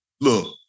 look